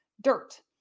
dirt